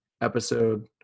episode